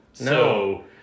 No